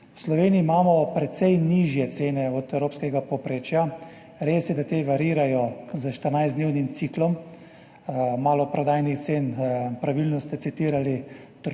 V Sloveniji imamo precej nižje cene od evropskega povprečja. Res je, da te variirajo s 14-dnevnim ciklom maloprodajnih cen. Pravilno ste citirali